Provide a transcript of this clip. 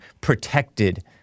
protected